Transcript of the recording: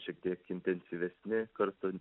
šiek tiek intensyvesni kartu